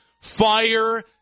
Fire